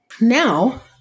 now